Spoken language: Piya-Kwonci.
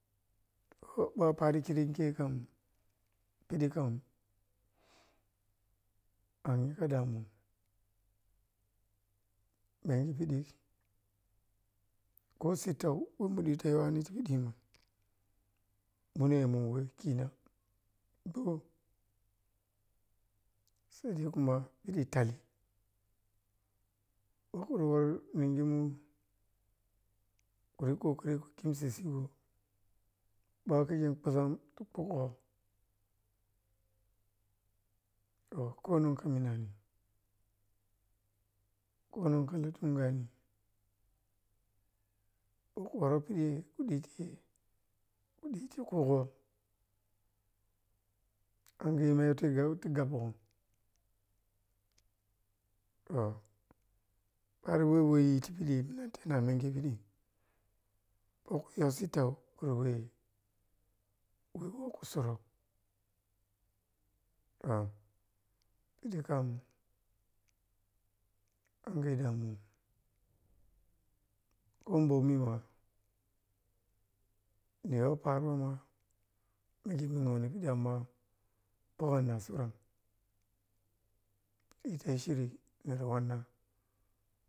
Kho ba paroh khirip kham khirip kham angijem damurwan manji piɗi kho sittau khubulitaji wane ti piɗi mune mu wakhina gbou sai dai kuma midi tai akori wai minjimun kuji kokari ku khun sisigoh ɓa khi khe khusan tupokho toh khononka minani, khononko tungani kho kho ra piɗi piɗi kuɗiti khogho angayi ana yadti gappa goh toh pavoh weh weyi ti piɗi milan ti na menghi piɗi kho kuyi ta sittau kohara weh weh khusoro jai khan anghe damuwan kho mɓomi ma niyo paroh ma powan na suran dita shiri naa wanna.